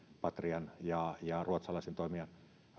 patrian ja ja norjalaisen toimijan